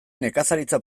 nekazaritza